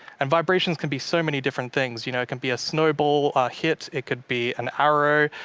and vibrations can be so many different things. you know it can be a snowball hit, it could be an arrow,